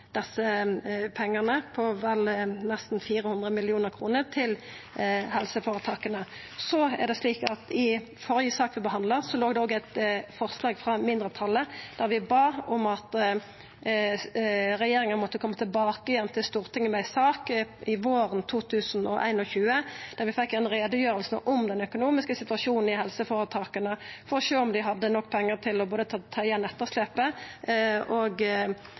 desse pengane – nesten 400 mill. kr – til helseføretaka. I den førre saka vi behandla, låg det eit forslag frå mindretalet der vi bad om at regjeringa måtte koma tilbake igjen til Stortinget med ei sak våren 2021 med ei utgreiing om den økonomiske situasjonen i helseføretaka for å sjå om dei har nok pengar til både å ta igjen etterslepet av behandlingar og ta hand om dei behandlingane som dei må gjera. Dette forslaget vert altså nedstemt, og